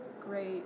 great